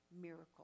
miracle